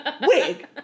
Wig